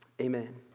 Amen